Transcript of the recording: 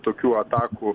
tokių atakų